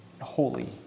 holy